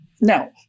Now